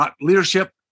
leadership